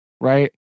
right